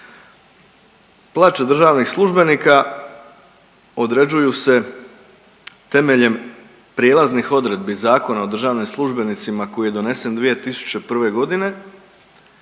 Plaća državnih službenika određuju se temeljem prijelaznih odredbi Zakona o državnim službenicima koji je donesen 2001.g. i